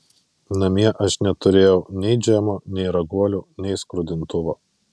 namie aš neturėjau nei džemo nei raguolių nei skrudintuvo